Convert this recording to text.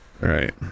Right